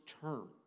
term